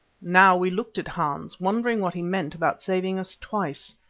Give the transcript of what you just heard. now we looked at hans, wondering what he meant about saving us twice,